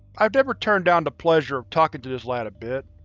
i've never turned down the pleasure of talking to this lad a bit.